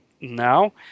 now